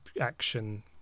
action